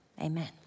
amen